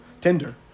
Tinder